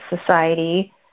society